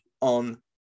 on